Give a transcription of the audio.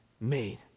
made